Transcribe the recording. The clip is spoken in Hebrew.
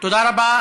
תודה רבה.